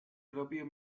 propio